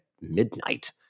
midnight